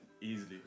easily